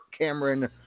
Cameron